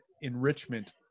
enrichment